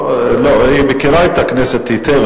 היא מכירה את הכנסת היטב,